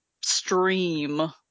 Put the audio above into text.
stream